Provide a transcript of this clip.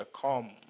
come